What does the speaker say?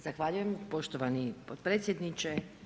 Zahvaljujem poštovani potpredsjedniče.